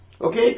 Okay